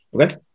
Okay